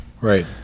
Right